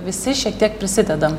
visi šiek tiek prisidedam